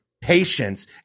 patience